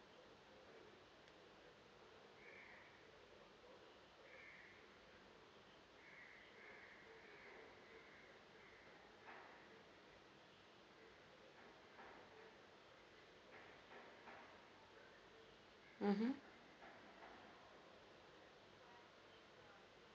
mmhmm